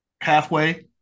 Halfway